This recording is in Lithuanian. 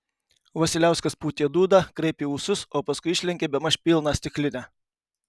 vasiliauskas pūtė dūdą kraipė ūsus o paskui išlenkė bemaž pilną stiklinę